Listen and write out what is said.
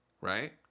Right